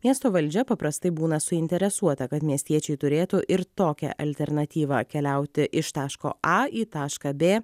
miesto valdžia paprastai būna suinteresuota kad miestiečiai turėtų ir tokią alternatyvą keliauti iš taško a į tašką b